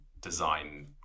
design